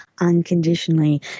unconditionally